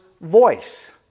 voice